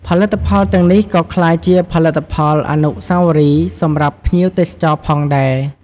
ផលិតផលទាំងនេះក៏ក្លាយជាផលិតផលអនុស្សាវរីយ៍សម្រាប់ភ្ញៀវទេសចរណ៍ផងដែរ។